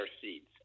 seeds